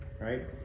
right